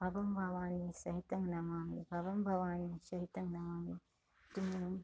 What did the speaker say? भवम भवानी सहितं नमामी भवम भवानी सहितं नवामी तुम्हीं